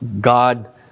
God